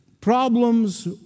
problems